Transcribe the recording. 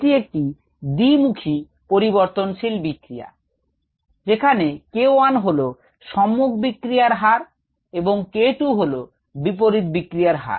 এটি একটি দ্বিমুখী পরিবর্তনশীল বিক্রিয়া যেখানে k1 হলো সম্মুখ বিক্রিয়ার হার এবং k2 হলো বিপরীত বিক্রিয়ার হার